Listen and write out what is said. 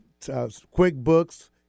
QuickBooks